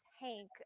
Hank